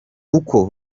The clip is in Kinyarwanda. uko